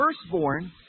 firstborn